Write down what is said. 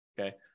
okay